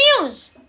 news